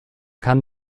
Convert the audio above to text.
kann